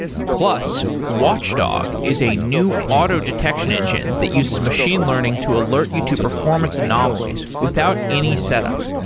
plus, watchdog is a new auto detection engine that uses machine learning to alert you to performance anomalies without any setup.